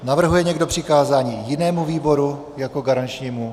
Navrhuje někdo přikázání jinému výboru jako garančnímu?